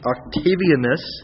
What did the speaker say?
Octavianus